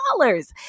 dollars